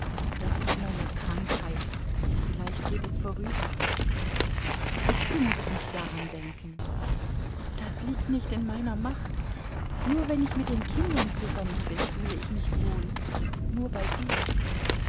das ist meine krankheit vielleicht geht es vorüber du mußt nicht daran denken das liegt nicht in meiner macht nur wenn ich mit den kindern zusammen bin fühle ich mich wohl nur bei dir